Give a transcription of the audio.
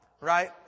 right